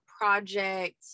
project